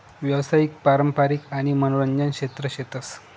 यावसायिक, पारंपारिक आणि मनोरंजन क्षेत्र शेतस